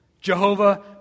Jehovah